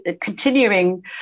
continuing